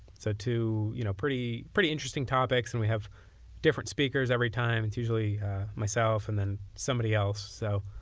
so two you know pretty pretty interesting topics, and we have different speakers every time. it's usually myself and then somebody else. so